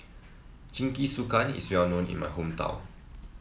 Jingisukan is well known in my hometown